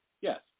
Yes